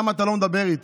למה אתה לא מדבר איתי?